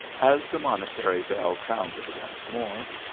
as the monastery bell sounded once more,